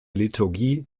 liturgie